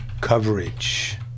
coverage